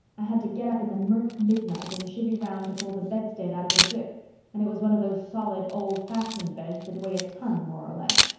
i had to get up in the mirk midnight and chivy round to pull the bedstead out of the drip and it was one of those solid, old-fashioned beds that weigh a ton more or less.